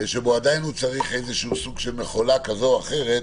שבו עדיין צריך מכולה כזו או אחרת